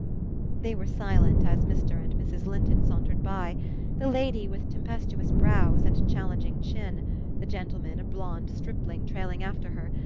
they were silent as mr. and mrs. linton sauntered by the lady with tempestuous brows and challenging chin the gentleman, a blond stripling, trailing after her,